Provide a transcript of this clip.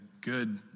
good